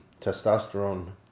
testosterone